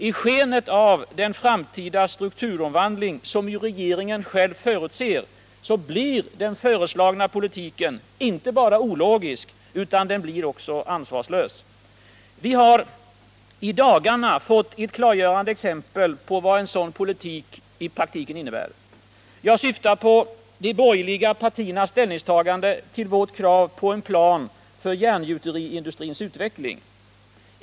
I skenet av den framtida strukturomvandling som regeringen själv förutser blir den föreslagna politiken inte bara ologisk utan också ansvarslös. Vi har i dagarna fått ett klargörande exempel på vad en sådan politik i praktiken innebär. Jag syftar på de borgerliga partiernas ställningstagande till vårt krav på en plan för järngjuteriindustrins utveckling.